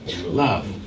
love